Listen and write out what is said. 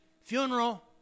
funeral